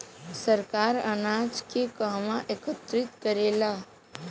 सरकार अनाज के कहवा एकत्रित करेला?